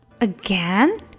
Again